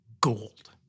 gold